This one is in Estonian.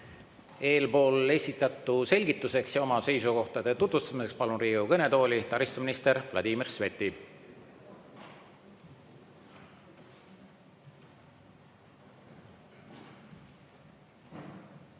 Eelesitatu selgituseks ja oma seisukohtade tutvustamiseks palun Riigikogu kõnetooli taristuminister Vladimir Sveti.